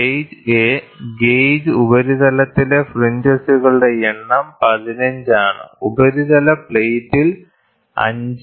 gauge A gauge ഉപരിതലത്തിലെ ഫ്രിഞ്ചസുകളുടെ എണ്ണം 15 ആണ് ഉപരിതല പ്ലേറ്റിൽ 5